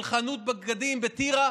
של חנות בגדים בטירה